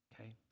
Okay